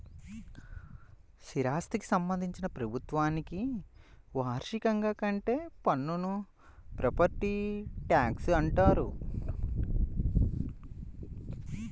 స్థిరాస్థికి సంబంధించి ప్రభుత్వానికి వార్షికంగా కట్టే పన్నును ప్రాపర్టీ ట్యాక్స్గా అంటారు